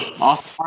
Awesome